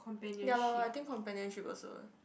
ya lor I think companionship also